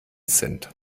sind